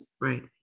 Right